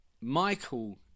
michael